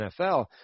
NFL